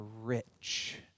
rich